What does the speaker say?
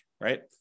right